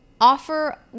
offer